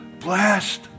blessed